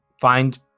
find